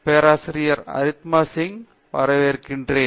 பேராசிரியர் அரிந்தமா சிங் வரவேற்கிறேன்